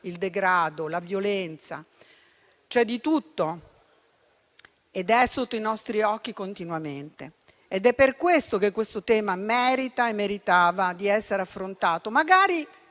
al degrado e alla violenza. C'è di tutto ed è sotto i nostri occhi continuamente. Ed è per questo che questo tema merita e meritava di essere affrontato.